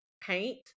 paint